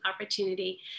opportunity